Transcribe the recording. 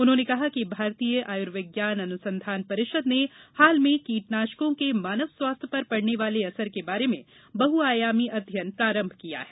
उन्होंने कहा कि भारतीय आयुर्विज्ञान अनुसंधान परिषद ने हाल में कीटनाशकों के मानव स्वास्थ्य पर पड़ने वाले असर के बारे में बहुआयामी अध्ययन प्रारंभ किया है